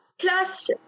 Plus